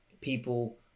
people